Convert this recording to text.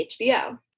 HBO